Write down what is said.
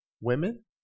women